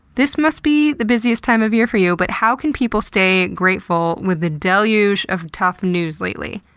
this must be the busiest time of year for you, but how can people stay grateful with the deluge of tough news lately?